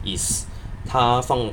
is 他放